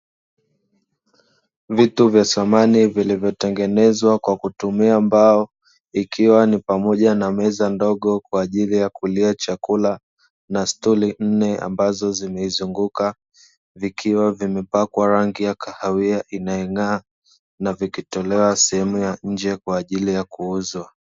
Vitu vya samani vilivyotengenezwa kwa kutumia mbao ikiwa ni pamoja na meza ndogo kwa ajili ya kulia chakula, na stuli nne zimeizunguka vikiwa vimepangwa rangi ya kahawia inayong'aa na vikitolewa sehemu ya nje kwa ajili ya kuuzwa.